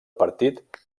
partit